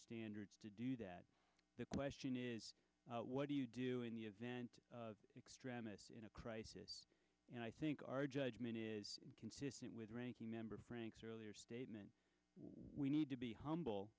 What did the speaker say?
standards to do that the question is what do you do in the event of extremity in a crisis and i think our judgment is consistent with ranking member ranks earlier statement we need to be humble